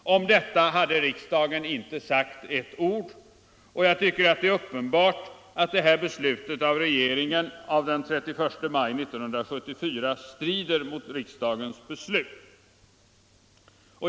Om det hade riksdagen inte sagt ett ord. Det är uppenbart att detta beslut av regeringen den 31 maj 1974 strider mot riksdagens beslut.